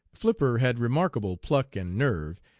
flipper had remarkable pluck and nerve,